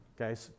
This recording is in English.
Okay